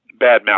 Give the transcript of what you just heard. badmouth